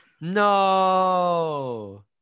No